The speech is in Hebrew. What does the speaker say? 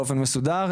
באופן מסודר,